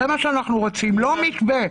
לא מתווה.